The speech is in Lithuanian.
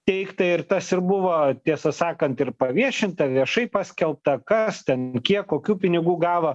teiktą ir tas ir buvo tiesą sakant ir paviešinta viešai paskelbta kas ten kiek kokių pinigų gavo